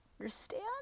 understand